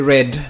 Red